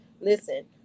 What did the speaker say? Listen